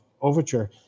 Overture